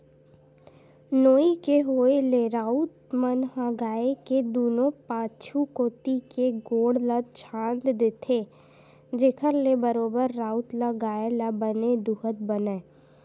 नोई के होय ले राउत मन ह गाय के दूनों पाछू कोती के गोड़ ल छांद देथे, जेखर ले बरोबर राउत ल गाय ल बने दूहत बनय